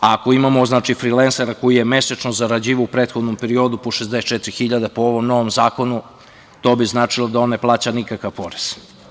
Ako imamo frilensera koji je mesečno zarađivao u prethodnom periodu po 64 hiljade, po ovom novom zakonu to bi značilo da on ne plaća nikakav porez.